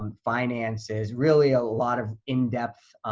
um finances, really a lot of in depth,